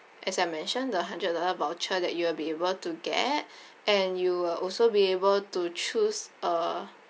as I mentioned the hundred dollar voucher that you will be able to get and you will also be able to choose uh